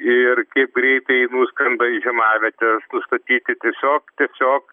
ir kaip greitai jeigu skrenda į žiemavietes nustatyti tiesiog tiesiog